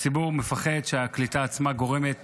הציבור מפחד שהקליטה עצמה גורמת